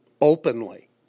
openly